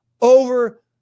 over